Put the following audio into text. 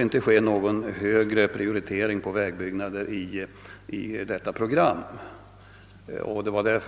inte får ske någon högre prioritering av vägbyggnader i det uppgjorda programmet.